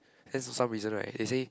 then for some reason right they say